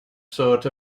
sort